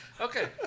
Okay